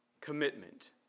commitment